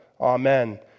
Amen